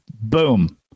Boom